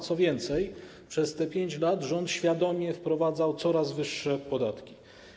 Co więcej, przez tych 5 lat rząd świadomie wprowadzał coraz wyższe podatki.